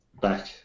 back